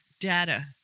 data